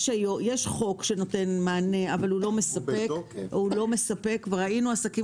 יש חוק שנותן מענה אבל הוא לא מספק וראינו עסקים